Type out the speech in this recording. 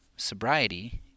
Sobriety